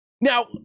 now